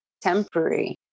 temporary